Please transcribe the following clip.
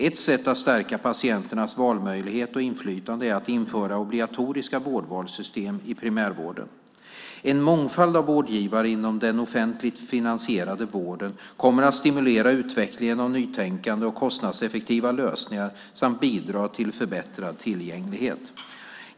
Ett sätt att stärka patienternas valmöjligheter och inflytande är att införa obligatoriska vårdvalssystem i primärvården. En mångfald av vårdgivare inom den offentligt finansierade vården kommer att stimulera utvecklingen av nytänkande och kostnadseffektiva lösningar samt bidra till förbättrad tillgänglighet.